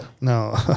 No